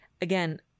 Again